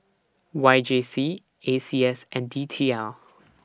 Y J C A C S and D T L